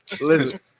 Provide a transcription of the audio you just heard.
Listen